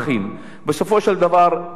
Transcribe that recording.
בסופו של דבר אין דוחות,